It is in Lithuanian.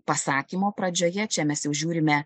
pasakymo pradžioje čia mes jau žiūrime